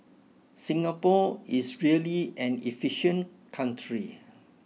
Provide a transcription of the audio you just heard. Singapore is really an efficient country